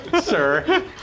sir